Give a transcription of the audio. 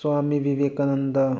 swami Vivekananda